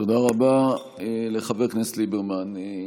תודה רבה לחבר הכנסת ליברמן.